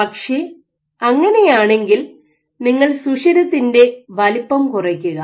പക്ഷേ അങ്ങനെയാണെങ്കിൽ നിങ്ങൾ സുഷിരത്തിന്റെ വലിപ്പം കുറയ്ക്കുക